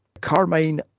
Carmine